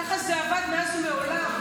ככה זה עבד מאז ומעולם.